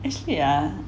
it's yeah